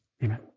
Amen